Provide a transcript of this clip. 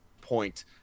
point